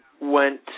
went